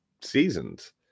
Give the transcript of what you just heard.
seasons